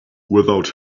without